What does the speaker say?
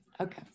Okay